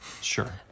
Sure